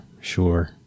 Sure